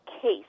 case